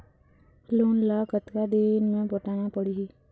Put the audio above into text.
Loan ला कतका दिन मे पटाना पड़ही?